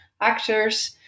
actors